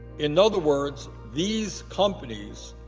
in other words, these companies,